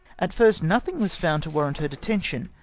at first, nothing was found to warrant her detention,